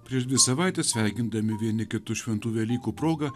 prieš dvi savaites sveikindami vieni kitus šventų velykų proga